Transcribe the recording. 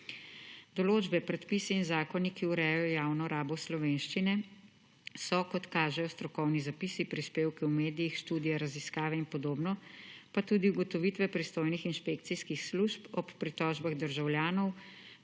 Določbe, predpisi in zakoni, ki urejajo javno rabo slovenščine so, kot kažejo strokovni zapisi, prispevki v medijih, študije, raziskave in podobno, pa tudi ugotovitve pristojnih inšpekcijskih služb ob pritožbah državljanov